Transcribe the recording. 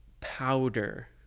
powder